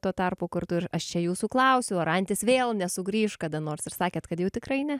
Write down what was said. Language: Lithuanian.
tuo tarpu kartu ir aš čia jūsų klausiau ar antis vėl nesugrįš kada nors ir sakėt kad jau tikrai ne